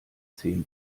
zehn